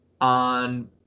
on